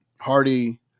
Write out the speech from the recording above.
Hardy